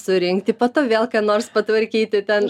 surinkti po to vėl ką nors patvarkyti ten